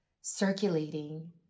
circulating